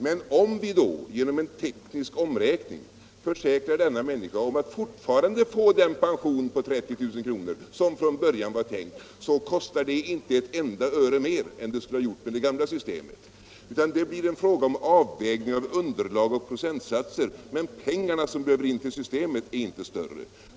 Men om vi då genom en teknisk omräkning försäkrar denna människa om att fortfarande få den pension på 30 000 kr. som från början var tänkt, så kostar det inte ett enda öre mer än det skulle ha gjort med gamla systemet. Det blir en fråga om avvägning av underlag och procentsatser, men pengarna som behöver komma in till systemet är inte större.